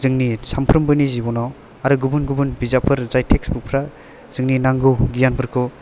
जोंनि सानफ्रोमबोनि जिब'नाव आरो गुबुन गुबुन बिजाबफोर जाय टेक्सटबुक फ्रा जोंनि नांगौ गियानफोरखौ